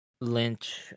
Lynch